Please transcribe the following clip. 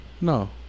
no